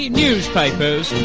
newspapers